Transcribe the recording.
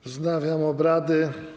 Wznawiam obrady.